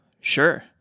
Sure